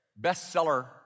bestseller